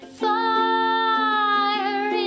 fire